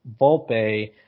Volpe